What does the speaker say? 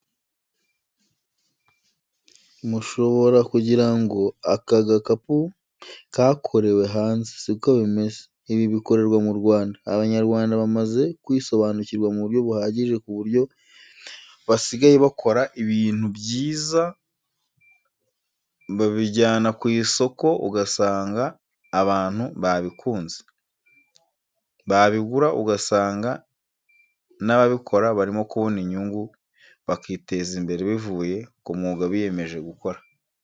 Mushobora kugira ngo aka gakapu kakorewe hanze siko bimeze ibi bikorerwa mu Rwanda. Abanyarwanda bamaze kwisobanukirwa mu buryo buhagije ku buryo basigaye bakora ibintu byiza babijyana ku isoko ugasanga abantu babikunze, babigura ugasanga n'ababikora barimo kubona inyungu bakiteza imbere bivuye ku mwuga biyemeje gukora.